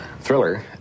thriller